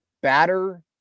batter